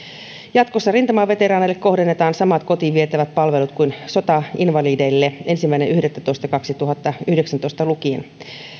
jatkossa rintamaveteraaneille kohdennetaan samat kotiin vietävät palvelut kuin sotainvalideille ensimmäinen yhdettätoista kaksituhattayhdeksäntoista lukien